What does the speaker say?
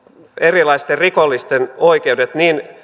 erilaisten rikollisten oikeudet niin